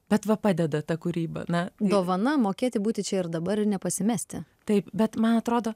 bet va padeda ta kūryba na dovana mokėti būti čia ir dabar ir nepasimesti taip bet man atrodo